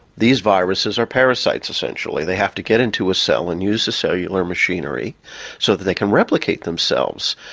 these viruses are parasites, essentially. they have to get into a cell and use the cellular machinery so that they can replicate themselves.